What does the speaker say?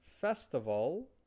Festival